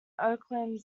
oakland